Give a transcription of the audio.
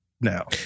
now